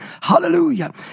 Hallelujah